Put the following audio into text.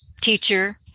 teacher